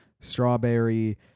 strawberry